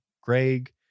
Greg